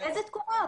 איזה תקורות?